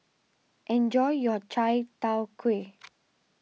enjoy your Chai Tow Kway